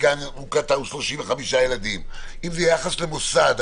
גן הוא 35 ילדים, אם זה ביחס למוסד.